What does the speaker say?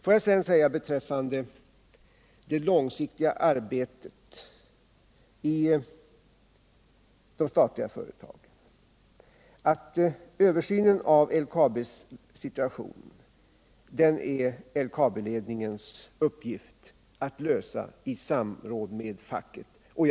Får jag sedan säga beträffande det långsiktiga arbetet i de statliga företagen. att det är LKAB-ledningens uppgift att i samråd med facket genomföra översynen av LKAB:s situation.